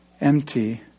empty